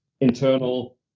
internal